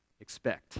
expect